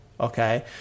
Okay